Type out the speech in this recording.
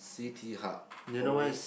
C_T hub oh